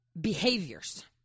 behaviors